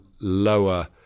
lower